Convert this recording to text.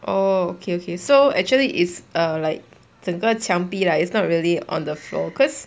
oh okay okay so actually is a like 整个墙壁 lah it's not really on the floor because